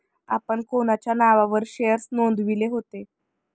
आपण कोणाच्या नावावर शेअर्स नोंदविले होते?